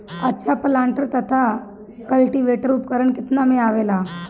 अच्छा प्लांटर तथा क्लटीवेटर उपकरण केतना में आवेला?